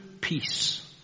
peace